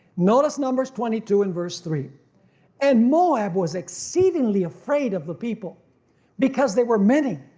notice numbers twenty two and verse three and moab was exceedingly afraid of the people because there were many,